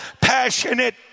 passionate